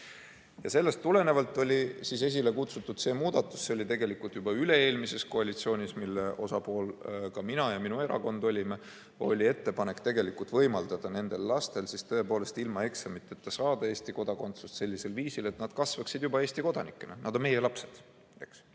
Sellest tulenevalt oli esile kutsutud see muudatus. See oli tegelikult juba üle-eelmises koalitsioonis, mille osapool ka minu erakond oli. Oli ettepanek võimaldada nendel lastel ilma eksamiteta saada Eesti kodakondsus sellisel viisil. Siis nad kasvaksid juba Eesti kodanikena. Nad on meie lapsed,